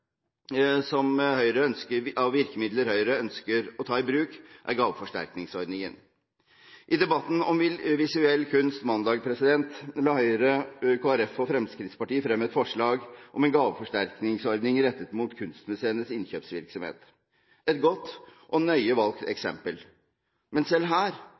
som Høyre ønsker å ta i bruk, er gaveforsterkningsordningen. I debatten om visuell kunst mandag la Høyre, Kristelig Folkeparti og Fremskrittspartiet frem et forslag om en gaveforsterkningsordning rettet mot kunstmuseenes innkjøpsvirksomhet – et godt og nøye valgt eksempel. Selv her,